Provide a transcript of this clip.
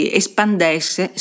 espandesse